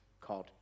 called